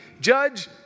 judge